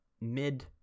mid